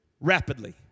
rapidly